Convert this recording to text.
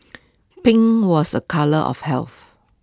pink was A colour of health